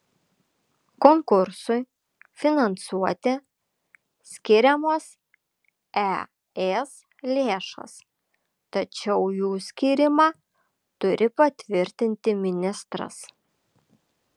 konkursui finansuoti skiriamos es lėšos tačiau jų skyrimą turi patvirtinti ministras